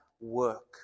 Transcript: work